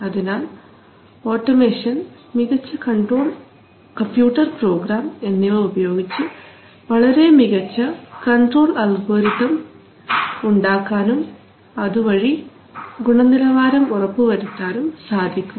അതിനാൽ ഓട്ടോമേഷൻ മികച്ച computer program എന്നിവ ഉപയോഗിച്ച് വളരെ മികച്ച കൺട്രോൾ അൽഗോരിതം ഉണ്ടാക്കാനും അതുവഴി ഗുണനിലവാരം ഉറപ്പുവരുത്താനും സാധിക്കും